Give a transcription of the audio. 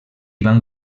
van